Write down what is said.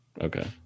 Okay